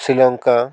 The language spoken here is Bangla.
শ্রীলঙ্কা